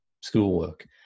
schoolwork